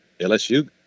LSU